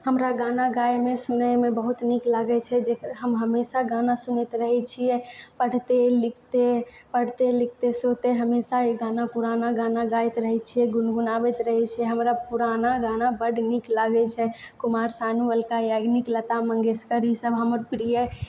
हमरा गाना गाबैमे सुनैमे बहुत नीक लागैत छै जे हम हमेशा गाना सुनैत रहैत छियै पढ़ते लिखते पढ़ते लिखते सोते हमेशा ई गाना पुराना गाना गाबैत रहैत छियै गुनगुनाबैत रहैत छियै हमरा पुराना गाना बड्ड नीक लागैत छै कुमार शानू अल्का याग्निक लता मंगेशकर ई सब हमर प्रिय